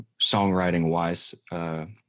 songwriting-wise